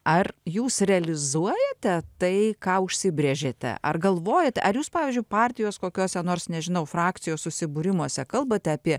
ar jūs realizuojate tai ką užsibrėžėte ar galvojate ar jūs pavyzdžiui partijos kokiose nors nežinau frakcijos susibūrimuose kalbate apie